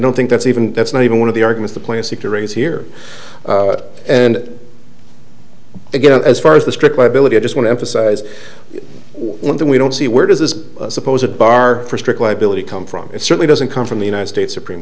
don't think that's even that's not even one of the argument the plastic to raise here and again as far as the strict liability i just want to emphasize one thing we don't see where does this suppose a bar for strict liability come from it certainly doesn't come from the united states supreme